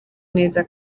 neza